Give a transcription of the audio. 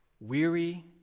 weary